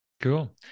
Cool